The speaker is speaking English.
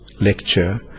lecture